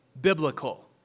biblical